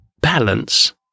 balance